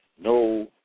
No